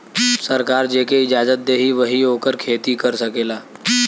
सरकार जेके इजाजत देई वही ओकर खेती कर सकेला